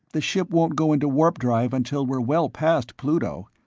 the ship won't go into warp-drive until we're well past pluto.